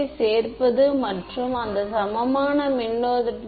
சேர்ப்பது மற்றும் அந்த சமமான மின்னோட்டத்தின் current